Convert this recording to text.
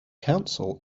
council